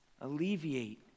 alleviate